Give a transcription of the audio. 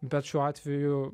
bet šiuo atveju